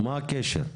מה הקשר?